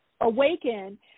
awaken